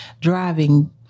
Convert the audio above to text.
driving